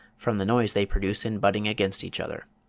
from the noise they produce in butting against each other.